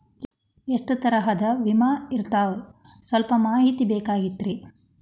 ಎಷ್ಟ ತರಹದ ವಿಮಾ ಇರ್ತಾವ ಸಲ್ಪ ಮಾಹಿತಿ ಬೇಕಾಗಿತ್ರಿ